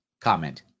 comment